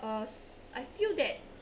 uh I feel that